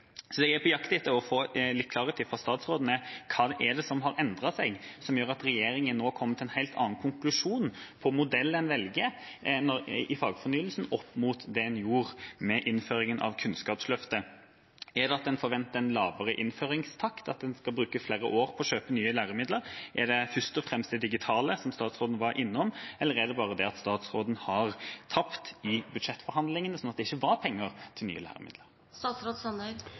Det jeg er på jakt etter å få litt klarhet i fra statsråden, er: Hva er det som har endret seg, som gjør at regjeringen nå kommer til en helt annen konklusjon for modellen en velger i fagfornyelsen, opp mot det en gjorde ved innføringen av Kunnskapsløftet? Er det fordi en forventer en lavere innføringstakt, at en skal bruke flere år på å kjøpe nye læremidler? Er det først og fremst det digitale, som statsråden var innom? Eller er det bare det at statsråden har tapt i budsjettforhandlingene, slik at det ikke var penger til nye